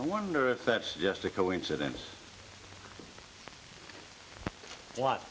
i wonder if that's just a coincidence what